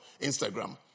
Instagram